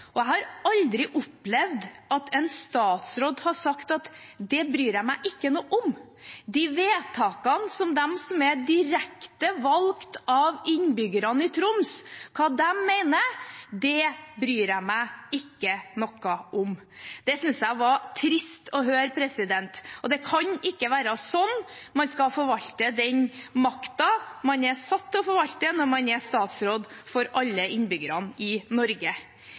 og jeg har aldri opplevd at en statsråd har sagt at det bryr man seg ikke noe om. Hva de som er direkte valgt av innbyggerne i Troms, mener om disse vedtakene, bryr en seg ikke noe om. Det synes jeg var trist å høre. Det kan ikke være slik man skal forvalte den makten man er satt til å forvalte når man er statsråd for alle innbyggerne i Norge.